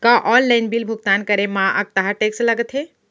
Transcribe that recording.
का online bill भुगतान करे मा अक्तहा टेक्स लगथे?